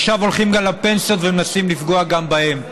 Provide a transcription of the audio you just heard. עכשיו הולכים גם לפנסיות, ומנסים לפגוע גם בהן.